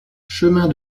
chemin